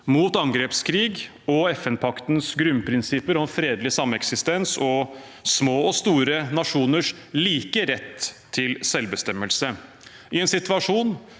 mot angrepskrig og FN-paktens grunnprinsipper om fredelig sameksistens og små og store nasjoners like rett til selvbestemmelse. «I en situasjon